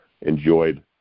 enjoyed